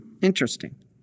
Interesting